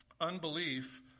unbelief